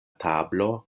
tablo